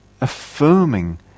affirming